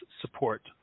support